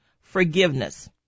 forgiveness